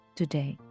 today